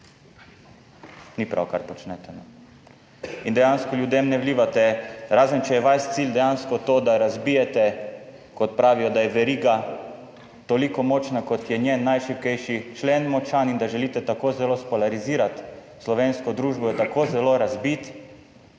ni prav kar počnete in dejansko ljudem ne vlivate, razen če je vaš cilj dejansko to, da razbijete, kot pravijo, da je veriga toliko močna, kot je njen najšibkejši člen močan, in da želite tako zelo s polarizirati slovensko družbo, je tako zelo razbiti,